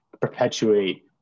perpetuate